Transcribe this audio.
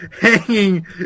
hanging